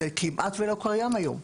זה כמעט ולא קיים היום.